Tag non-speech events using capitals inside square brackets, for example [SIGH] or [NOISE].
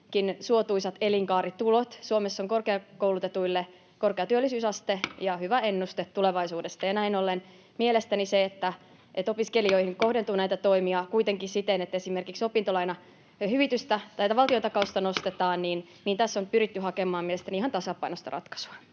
suotuisat elinkaaritulot. Suomessa on korkeakoulutetuilla korkea työllisyysaste [NOISE] ja hyvä ennuste tulevaisuudesta. Näin ollen mielestäni siinä, että opiskelijoihin [NOISE] kohdentuu näitä toimia, kuitenkin siten, että esimerkiksi opintolainan valtiontakausta nostetaan, [NOISE] on pyritty hakemaan mielestäni ihan tasapainoista ratkaisua.